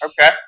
Okay